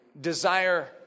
desire